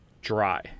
dry